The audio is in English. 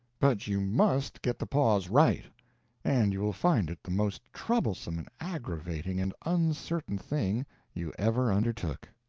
but you must get the pause right and you will find it the most troublesome and aggravating and uncertain thing you ever undertook.